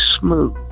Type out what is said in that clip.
smooth